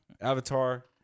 Avatar